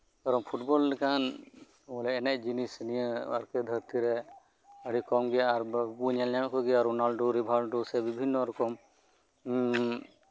ᱠᱟᱨᱚᱱ ᱯᱷᱩᱴᱵᱚᱞ ᱞᱮᱠᱟᱱ ᱵᱚᱞᱮ ᱮᱱᱮᱡ ᱡᱤᱱᱤᱥ ᱱᱤᱭᱟᱹ ᱫᱷᱟᱹᱨᱛᱤ ᱨᱮ ᱟᱹᱰᱤ ᱠᱚᱢ ᱜᱮ ᱟᱨ ᱟᱵᱚᱱ ᱧᱮᱞ ᱧᱟᱢᱮᱫ ᱠᱚᱣᱟ ᱨᱳᱞᱟᱱᱰᱳ ᱥᱮ ᱨᱤᱵᱷᱟᱱᱰᱳ ᱵᱤᱵᱷᱤᱱᱱᱚ ᱨᱚᱠᱚᱢ ᱮᱫ